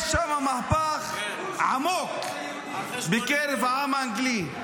יש שם מהפך עמוק בקרב העם האנגלי.